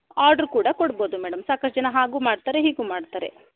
order ಕೂಡ ಕೊಡ್ಬೋದು madam ಸಾಕಷ್ಟು ಜನ ಹಾಗೂ ಮಾಡ್ತಾರೆ ಹೀಗೂ ಮಾಡ್ತಾರೆ